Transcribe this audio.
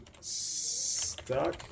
stuck